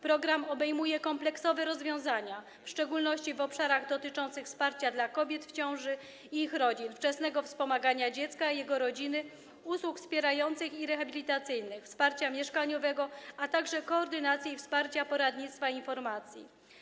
Program obejmuje kompleksowe rozwiązania, w szczególności w obszarach dotyczących wsparcia dla kobiet w ciąży i ich rodzin, wczesnego wspomagania dziecka i jego rodziny, usług wspierających i rehabilitacyjnych, wsparcia mieszkaniowego, a także koordynacji wsparcia, poradnictwa i informacji.